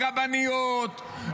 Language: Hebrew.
מרבניות,